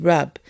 Rub